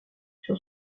sur